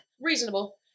Reasonable